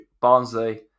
Barnsley